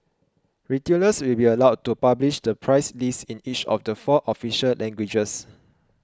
retailers will be allowed to publish the price list in each of the four official languages